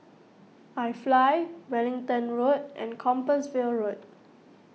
iFly Wellington Road and Compassvale Road